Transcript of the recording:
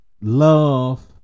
love